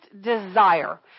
desire